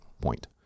point